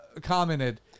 commented